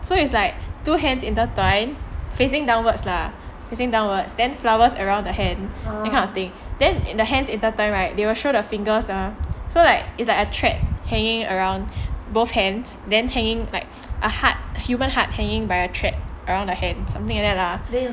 so it's like two hands intertwine facing downwards lah facing downwards then flowers around the hand that kind of thing then in the hands intertwine right they will show the fingers are so like it's like a thread hanging around both hands then hanging a human heart hanging by a thread around her hand something like that